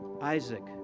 Isaac